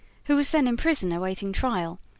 who was then in prison awaiting trial,